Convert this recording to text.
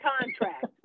contract